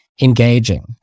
engaging